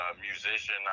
musician